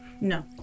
No